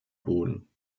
boden